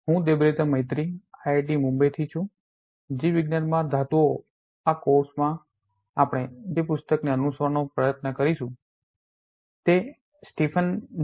હું દેબબ્રતા મૈતી આઈઆઈટી મુંબઈ થી છું જીવવિજ્ઞાન માં ધાતુઓ આ કોર્સ આપણે જે પુસ્તકને અનુસરવાનો પ્રયત્ન કરી રહ્યા છીએ તે સ્ટીફન જે